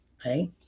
Okay